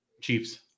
chiefs